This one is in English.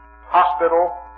hospital